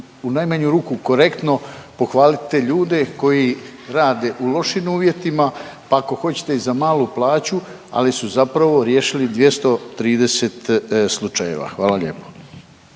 u najmanju ruku korektno pohvaliti te ljude koji rade u lošim uvjetima, pa ako hoćete i za malu plaću, ali su zapravo riješili 230 slučajeva. Hvala lijepo.